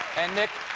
and, nick,